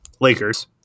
Lakers